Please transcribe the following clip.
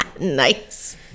nice